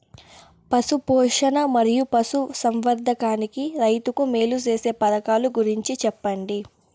పశు పోషణ మరియు పశు సంవర్థకానికి రైతుకు మేలు సేసే పథకాలు గురించి చెప్పండి?